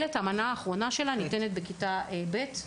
המנה האחרונה ניתנת בכיתה ב'.